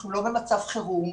אנחנו לא במצב חירום,